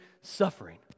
suffering